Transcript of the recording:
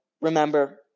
Remember